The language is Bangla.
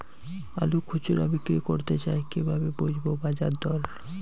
আলু খুচরো বিক্রি করতে চাই কিভাবে বুঝবো বাজার দর?